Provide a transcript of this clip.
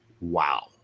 Wow